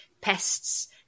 pests